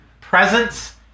Presence